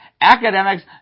academics